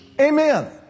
Amen